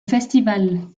festival